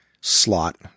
slot